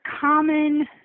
common